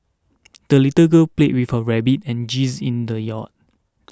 the little girl played with her rabbit and geese in the yard